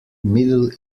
middle